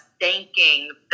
thanking